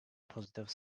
positive